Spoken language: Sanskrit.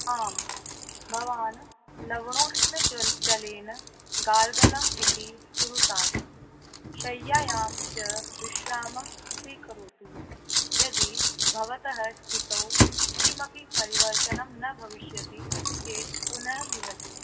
आम् भवान् लवनोष्णजल् जलेन गार्गलम् इति कुरुतात् शय्यायां च विश्रामं स्वीकरोतु यदि भवतः स्थितौ किमपि परिवर्तनं न भविष्यति चेत् पुनः मिलतु